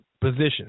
position